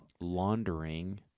laundering